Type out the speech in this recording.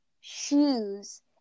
shoes